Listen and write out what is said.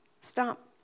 stop